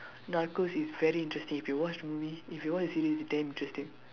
Narcos is very interesting if you watch the movie if you watch the series is damn interesting